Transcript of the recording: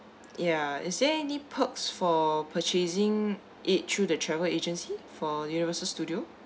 ya is there any perks for purchasing it through the travel agency for universal studio